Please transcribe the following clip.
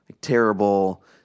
terrible